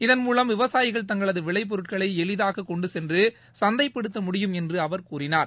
இதன்மூவம் விவசாயிகள் தங்களது விளைபொருட்களை எளிதாக கொண்டு சென்று சந்தைப்படுத்தைப்படுத்த முடியும் என்று அவர் கூறினார்